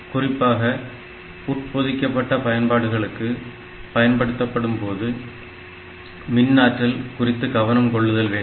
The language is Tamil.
குறிப்பாக உட்பொதிக்கப்பட்ட பயன்பாடுகளுக்கு பயன்படுத்தும்போது மின்னாற்றல் குறித்து கவனம் கொள்ளுதல் வேண்டும்